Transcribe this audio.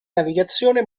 navigazione